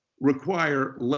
require